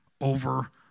over